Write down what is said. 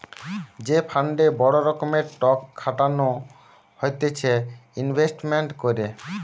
যে ফান্ডে বড় রকমের টক খাটানো হতিছে ইনভেস্টমেন্ট করে